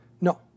No